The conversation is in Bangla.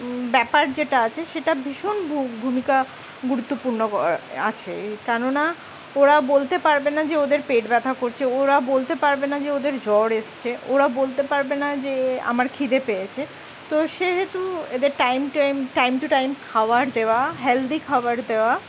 ব্যাপার যেটা আছে সেটা ভীষণ ভূমিকা গুরুত্বপূর্ণ আছে কেননা ওরা বলতে পারবে না যে ওদের পেট ব্যথা করছে ওরা বলতে পারবে না যে ওদের জ্বর এসছে ওরা বলতে পারবে না যে আমার খিদে পেয়েছে তো সেহেতু এদের time time time to time খাবার দেওয়া হেলদি খাবার দেওয়া